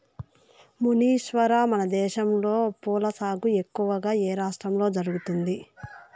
మునీశ్వర, మనదేశంలో పూల సాగు ఎక్కువగా ఏ రాష్ట్రంలో జరుగుతుంది